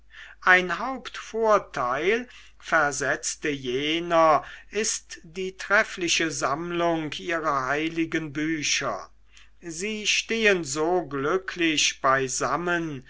ein hauptvorteil versetzte jener ist die treffliche sammlung ihrer heiligen bücher sie stehen so glücklich beisammen